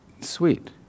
sweet